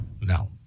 No